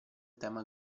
tema